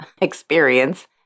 experience